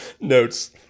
Notes